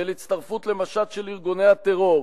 של הצטרפות למשט של ארגוני הטרור,